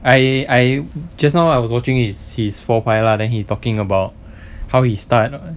I I just now I was watching his his phor pae lah then he talking about how he start